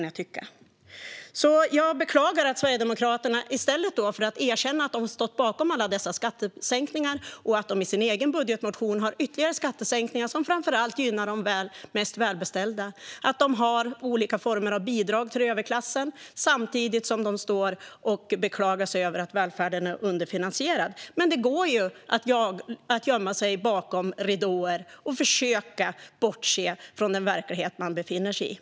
Jag beklagar därför att Sverigedemokraterna, i stället för att erkänna att de stått bakom alla dessa skattesänkningar och att de i sin egen budgetmotion har ytterligare skattesänkningar som framför allt gynnar de mest välbeställda, har olika former av bidrag till överklassen samtidigt som de står och beklagar sig över att välfärden är underfinansierad. Men det går ju att gömma sig bakom ridåer och försöka bortse från den verklighet man befinner sig i.